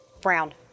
brown